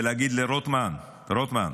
ולהגיד לרוטמן, רוטמן,